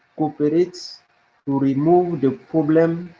cooperate to remove the problem,